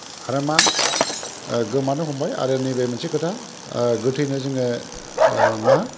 आरो मा गोमानो हमबाय आरो नैबे मोनसे खोथा गोथैनो जोङो मा